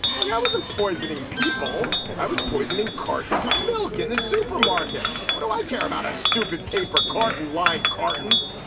well yeah i wasn't poisoning people i was poisoning cartons of milk in the supermarket. what do i care about a stupid paper carton lying cartons.